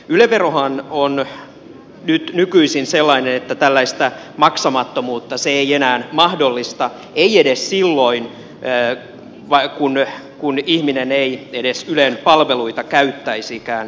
yle verohan on nyt nykyisin sellainen että tällaista maksamattomuutta se ei enää mahdollista ei edes silloin kun ihminen ei edes ylen palveluita käyttäisikään